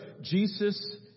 Jesus